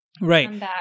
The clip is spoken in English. Right